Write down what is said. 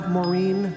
Maureen